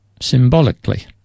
symbolically